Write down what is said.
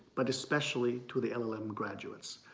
but especially to the llm graduates.